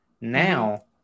Now